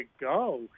go